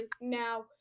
now